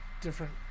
different